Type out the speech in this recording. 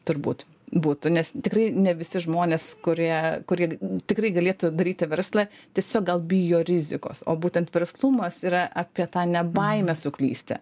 turbūt būtų nes tikrai ne visi žmonės kurie kurie tikrai galėtų daryti verslą tiesiog gal bijo rizikos o būtent verslumas yra apie tą ne baimę suklysti